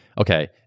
okay